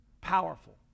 powerful